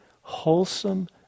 wholesome